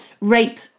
rape